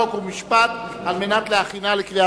חוק ומשפט נתקבלה.